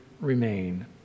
remain